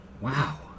Wow